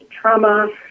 trauma